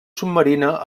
submarina